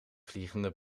vliegende